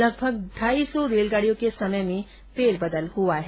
लगभग ढाई सौ रेलगाडियों के समय में फेरबदल हुआ है